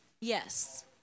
Yes